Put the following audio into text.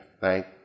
thank